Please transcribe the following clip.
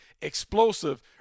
explosive